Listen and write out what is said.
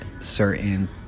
certain